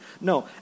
No